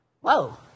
Whoa